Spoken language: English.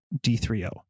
D3O